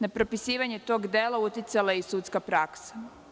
Na propisivanje tog dela uticala je i sudska praksa.